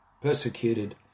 persecuted